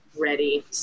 ready